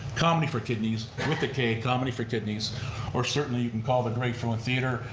komedy for kidneys with a k. komedy for kidneys or certainly you can call the greg frewin theater,